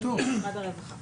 לשר הרווחה